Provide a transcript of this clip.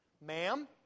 Ma'am